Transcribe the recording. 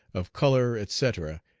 of color, etc,